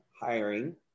hiring